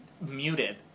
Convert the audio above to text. muted